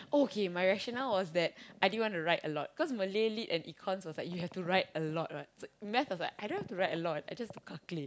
oh okay my rationale was that I didn't want to write a lot because Malay Lit and Econs was like you have to write a lot what maths was like I don't have to write a lot I just to calculate